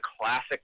classic